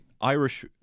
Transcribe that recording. Irish